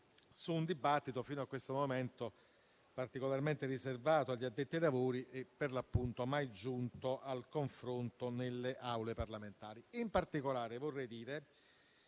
su un dibattito fino a questo momento particolarmente riservato agli addetti ai lavori e mai giunto al confronto nelle Aule parlamentari. In particolare,